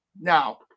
Now